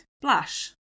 blush